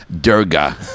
Durga